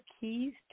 keys